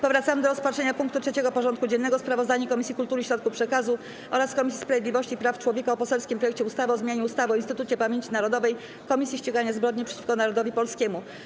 Powracamy do rozpatrzenia punktu 3. porządku dziennego: Sprawozdanie Komisji Kultury i Środków Przekazu oraz Komisji Sprawiedliwości i Praw Człowieka o poselskim projekcie ustawy o zmianie ustawy o Instytucie Pamięci Narodowej - Komisji Ścigania Zbrodni przeciwko Narodowi Polskiemu.